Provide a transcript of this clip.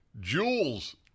Jules